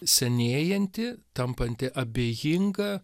senėjanti tampanti abejinga